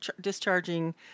discharging